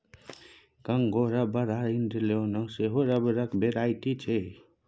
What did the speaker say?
Congo rubber आ dandelion सेहो रबरक भेराइटी छै